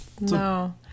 No